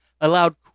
allowed